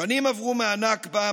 שנים עברו מהנכבה,